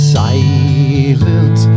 silent